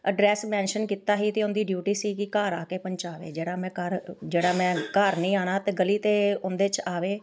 address mention ਕੀਤਾ ਸੀ ਤਾਂ ਉਹਨਾ ਦੀ ਡਿਊਟੀ ਸੀਗੀ ਘਰ ਆ ਕੇ ਪਹੁੰਚਾਵੇ ਜਿਹੜਾ ਮੈਂ ਘਰ ਜਿਹੜਾ ਮੈਂ ਘਰ ਨਹੀਂ ਆਉਣਾ ਅਤੇ ਗਲੀ ਅਤੇ ਉਹਦੇ 'ਚ ਆਵੇ